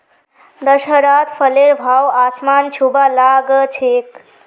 दशहरात फलेर भाव आसमान छूबा ला ग छेक